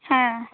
ᱦᱮᱸ